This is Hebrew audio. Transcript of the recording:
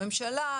ממשלה,